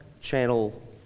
Channel